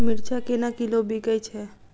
मिर्चा केना किलो बिकइ छैय?